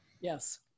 Yes